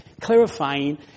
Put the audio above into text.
clarifying